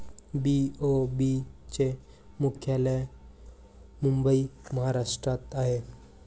BOB चे मुख्यालय मुंबई महाराष्ट्रात आहे